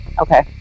okay